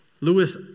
Lewis